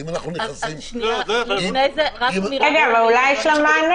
רגע, אבל אולי שמענו כבר?